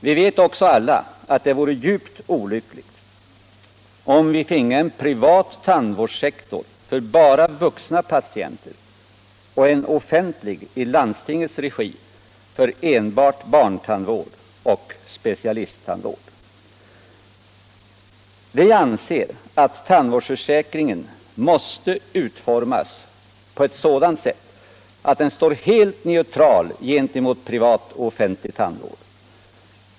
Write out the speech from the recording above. Vi vet också alla att det vore djupt olyckligt om vi finge en privat tandvårdssektor för bara vuxna patienter och en offentlig i landstingens regi för enbart barntandvård och specialisttandvård. Vi anser att tandvårdsförsäkringen måste utformas på ett sådant sätt att den står helt neutral gentemot privat och offentlig tandvård.